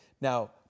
Now